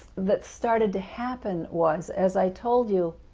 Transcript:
that started to happen was, as i told you,